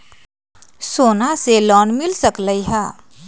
सोना से लोन मिल सकलई ह?